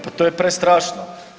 Pa to je prestrašno.